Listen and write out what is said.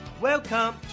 welcome